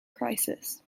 crisis